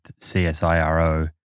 CSIRO